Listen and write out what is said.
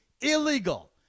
illegal